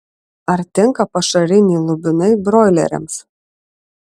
ar tinka pašariniai lubinai broileriams